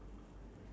(uh huh)